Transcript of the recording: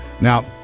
Now